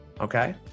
okay